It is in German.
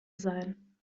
sein